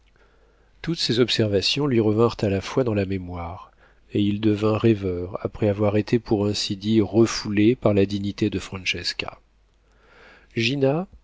toutes ces observations lui revinrent à la fois dans la mémoire et il devint rêveur après avoir été pour ainsi dire refoulé par la dignité de francesca gina